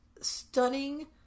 stunning